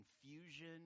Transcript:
confusion